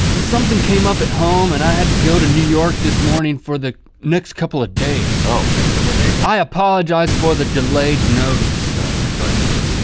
and something came up at home and i had to go to new york this morning for the next couple of days. oh, next couple of days, huh? i apologize for the delayed notice. oh yeah, sorry about that.